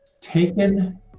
taken